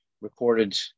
recorded